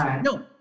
no